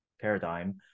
paradigm